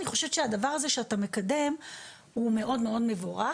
אני חושבת שהדבר הזה שאתה מקדם הוא מאוד מאוד מבורך,